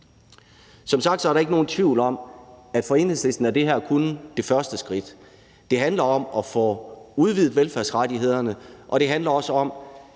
Som sagt er der ikke nogen tvivl om, at for Enhedslisten er det her kun det første skridt. Det handler om at få udvidet velfærdsrettighederne, og det handler også om,